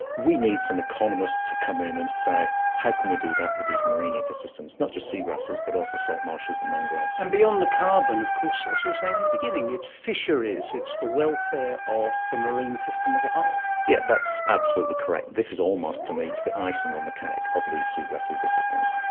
we need some economists to come in and say how can we do that with these marine ecosystems? not just seagrasses but also salt marshes and mangroves. and beyond the carbon, of course as you were saying in the beginning, it's fisheries, it's the welfare of the marine system as a whole. yes, that's absolutely correct. this is almost to me, it's the icing on the cake of these seagrass ecosystems.